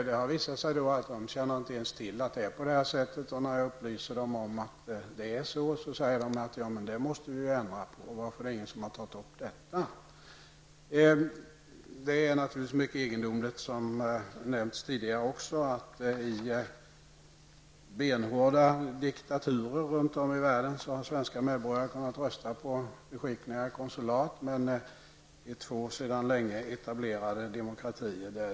Det har då visat sig att de inte ens känner till att det är på detta sätt. När jag har upplyst dem om hur det är, säger de att man måste ändra på detta. De frågar: Varför har ingen tagit upp denna sak? Som har nämnts tidigare är det naturligtvis mycket egendomligt att svenska medborgare i benhårda diktarurer runt om i världen har kunnat rösta på beskickningar och konsulat, medan detta är omöjligt i två sedan länge etablerade demokratier.